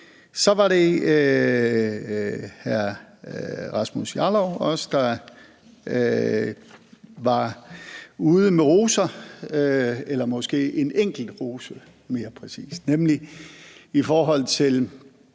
Så var det hr. Rasmus Jarlov, der også var ude med roser – eller måske mere præcist en enkelt rose, nemlig i forhold til